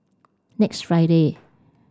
next Friday